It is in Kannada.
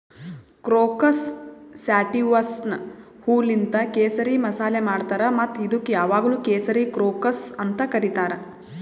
ಕ್ರೋಕಸ್ ಸ್ಯಾಟಿವಸ್ನ ಹೂವೂಲಿಂತ್ ಕೇಸರಿ ಮಸಾಲೆ ಮಾಡ್ತಾರ್ ಮತ್ತ ಇದುಕ್ ಯಾವಾಗ್ಲೂ ಕೇಸರಿ ಕ್ರೋಕಸ್ ಅಂತ್ ಕರಿತಾರ್